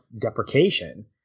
deprecation